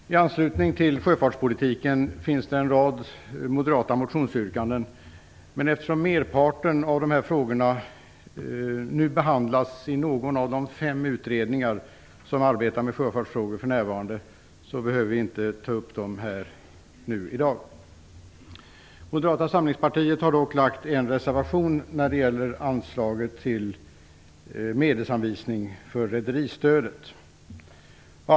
Herr talman! I anslutning till sjöfartspolitiken finns en rad moderata motionsyrkanden. Men eftersom merparten av dessa frågor nu behandlas i någon av de fem utredningar som arbetar med sjöfartsfrågor för närvarande behöver vi inte ta upp dem i dag. Moderata samlingspartiet har dock en reservation när det gäller förslaget till medelsanvisning för rederistödet. Herr talman!